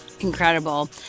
Incredible